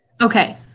Okay